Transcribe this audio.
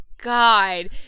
god